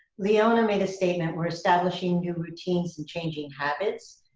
leona made a statement we're establishing new routines and changing habits.